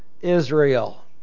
Israel